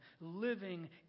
living